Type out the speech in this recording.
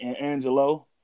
Angelo